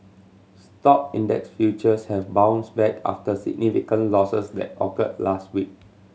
stock index futures have bounced back after significant losses that occurred last week